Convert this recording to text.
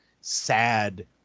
sad